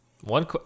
one